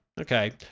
Okay